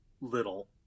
little